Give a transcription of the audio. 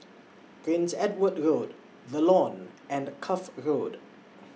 Prince Edward Road The Lawn and Cuff Road